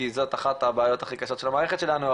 כי זאת אחת הבעיות הכי קשות של המערכת שלנו,